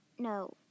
No